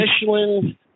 Michelin